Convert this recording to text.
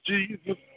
Jesus